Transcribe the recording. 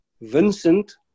Vincent